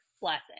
blessing